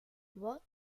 what